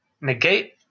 Negate